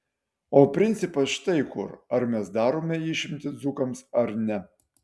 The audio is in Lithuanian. o principas štai kur ar mes darome išimtį dzūkams ar ne